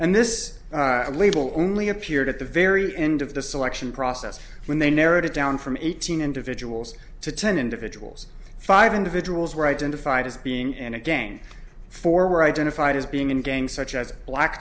and this label only appeared at the very end of the selection process when they narrowed it down from eighteen individuals to ten individuals five individuals were identified as being in a gang four were identified as being in gangs such as black